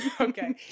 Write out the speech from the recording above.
Okay